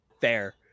fair